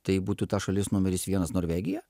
tai būtų ta šalis numeris vienas norvegija